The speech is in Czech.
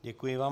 Děkuji vám.